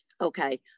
okay